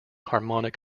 harmonic